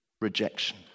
rejection